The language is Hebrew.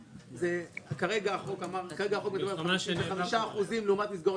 כרגע החוק מדבר על 55 אחוזים לעומת מסגרות